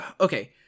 okay